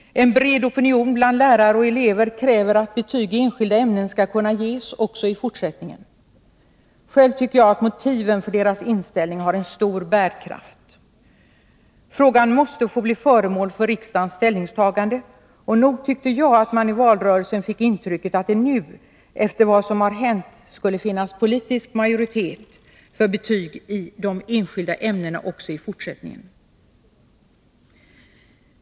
En bred opinion bland lärare och elever kräver att betyg i enskilda ämnen skall kunna ges också i fortsättningen. Själv tycker jag att motiven för deras inställning har en stor bärkraft. Frågan måste få bli föremål för riksdagens ställningstagande. Och nog tycker jag att man i valrörelsen fick intrycket att det nu efter vad som hänt skulle finnas politisk majoritet för betyg i de enskilda ämnena också i fortsättningen.